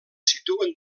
situen